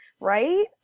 Right